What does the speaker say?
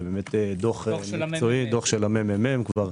דוח של הממ"מ.